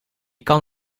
kan